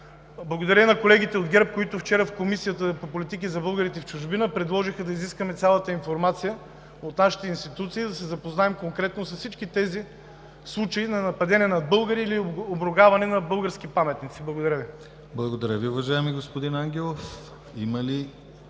Благодаря на колегите от ГЕРБ, които вчера в Комисията по политики за българите в чужбина предложиха да изискаме цялата информация от нашите институции, за да се запознаем конкретно с всички случаи на нападение над българи или обругаване на български паметници. Благодаря. ПРЕДСЕДАТЕЛ ДИМИТЪР ГЛАВЧЕВ: Благодаря, уважаеми господин Ангелов.